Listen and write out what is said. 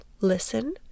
listen